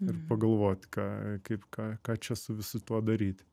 ir pagalvot ką kaip ką ką čia su visu tuo daryti